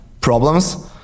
problems